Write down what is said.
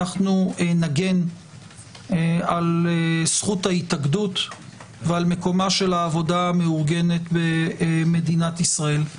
אנחנו נגן על זכות ההתאגדות ועל מקומה של העבודה המאורגנת במדינת ישראל.